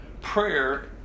prayer